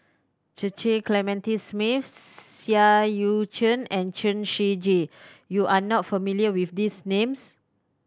Cecil Clementi Smith Seah Eu Chin and Chen Shiji you are not familiar with these names